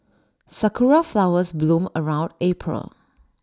Sakura Flowers bloom around April